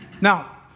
Now